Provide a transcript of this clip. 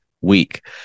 week